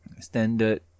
standard